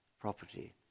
property